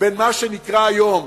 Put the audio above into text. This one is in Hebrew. בין מה שנקרא היום